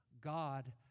God